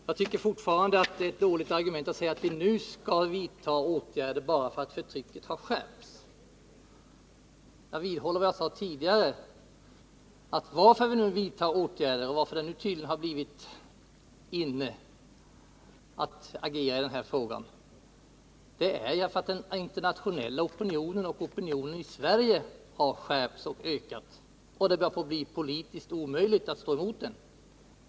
Jag tycker fortfarande att det är ett dåligt argument att säga att vi nu skall vidta åtgärder bara för att förtrycket har skärpts. Jag vidhåller vad jag sade tidigare. Att det nu tydligen har blivit inne att vidtd åtgärder och agera i denna fråga beror på att den internationella opinionen och opinionen i Sverige har skärpts och det börjar bli politiskt omöjligt att stå emot den.